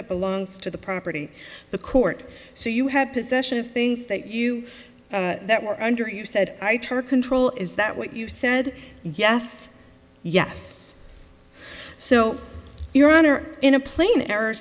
that belongs to the property the court so you had possession of things that you were under you said i took control is that what you said yes yes so your honor in a plain error